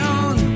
on